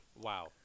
wow